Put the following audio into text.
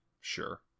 sure